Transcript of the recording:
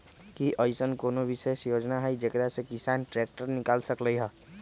कि अईसन कोनो विशेष योजना हई जेकरा से किसान ट्रैक्टर निकाल सकलई ह?